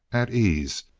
at ease,